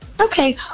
Okay